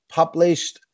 published